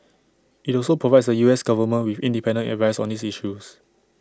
IT also provides the U S Government with independent advice on these issues